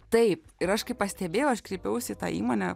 taip ir aš kaip pastebėjau aš kreipiausi į tą įmonę